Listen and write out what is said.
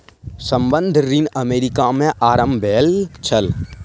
संबंद्ध ऋण अमेरिका में आरम्भ भेल छल